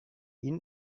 you